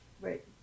Right